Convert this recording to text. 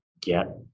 get